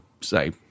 say